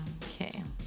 okay